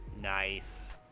Nice